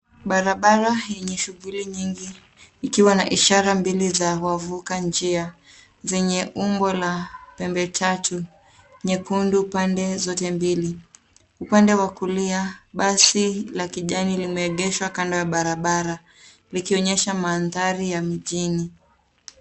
Barabara yenye shughuli nyingi ikiwa na ishara mbili za wavuka njia zenye umbo la pembe tatu nyekundu pande zote mbili. Upande wa kulia, basi la kijani limeegeshwa kando ya barabara likionyesha mandhari ya mijini.